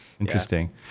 interesting